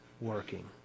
working